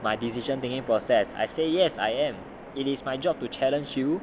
my decision making process I say yes I am it is my job to challenge you